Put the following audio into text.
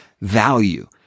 value